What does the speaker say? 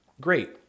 great